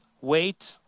wait